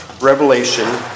Revelation